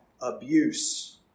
abuse